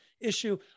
issue